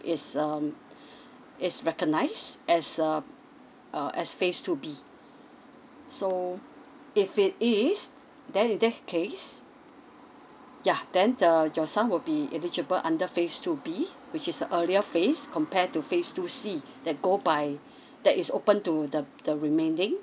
is um is recognised as a uh as phase two B so if it is then if that's the case ya then uh your son will be eligible under phase two B which is an earlier phase compared to phase two C that go by that is open to the the remaining